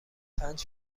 پنج